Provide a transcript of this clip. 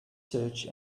search